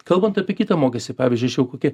kalbant apie kitą mokestį pavyzdžiui aš jau kokie